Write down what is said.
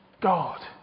God